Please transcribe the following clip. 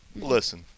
listen